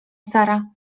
sara